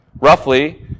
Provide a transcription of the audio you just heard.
roughly